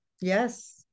Yes